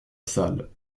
salle